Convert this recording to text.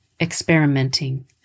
Experimenting